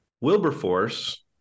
Wilberforce